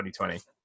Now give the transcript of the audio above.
2020